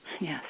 Yes